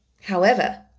However